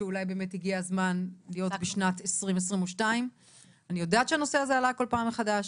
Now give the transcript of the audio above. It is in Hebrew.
שאולי באמת הגיע הזמן להיות בשנת 2022. אני יודעת שהנושא הזה עלה כל פעם מחדש.